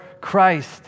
Christ